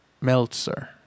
Meltzer